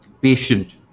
patient